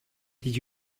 did